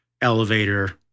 Elevator